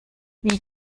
wie